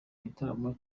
igitaramo